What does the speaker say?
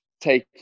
take